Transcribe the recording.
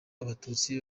abatutsi